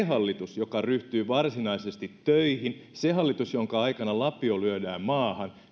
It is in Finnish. hallitus joka ryhtyy varsinaisesti töihin se hallitus jonka aikana lapio lyödään maahan